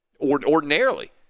ordinarily